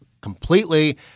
completely